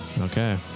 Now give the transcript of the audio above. Okay